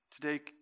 Today